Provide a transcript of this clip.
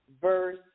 Verse